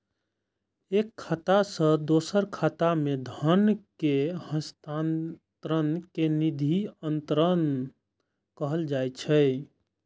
एक खाता सं दोसर खाता मे धन केर हस्तांतरण कें निधि अंतरण कहल जाइ छै